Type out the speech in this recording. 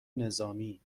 نظامی